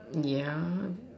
ya